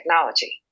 technology